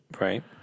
Right